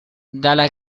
dalla